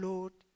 Lord